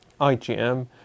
IgM